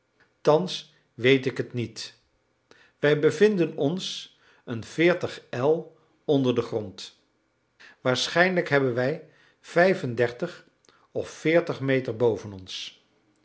thans weet ik het niet wij bevinden ons een veertig el onder den grond waarschijnlijk hebben wij vijf-en-dertig of veertig meter boven ons